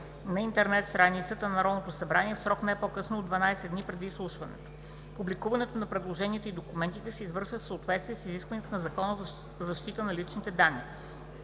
на интернет страницата на Народното събрание в срок не по-късно от 12 дни преди изслушването. Публикуването на предложенията и документите се извършва в съответствие с изискванията на Закона за защита на личните данни.